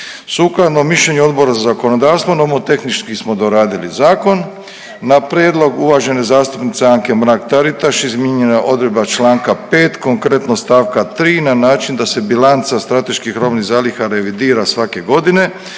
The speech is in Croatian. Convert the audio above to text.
Sukladno mišljenju Odbora za zakonodavstvo nomotehnički smo doradili zakon. Na prijedlog uvažene zastupnice Anke Mrak Taritaš izmijenjena je odredba članka 5. konkretno stavka 3. na način da se bilanca strateških robnih zaliha revidira svake godine.